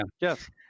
yes